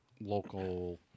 local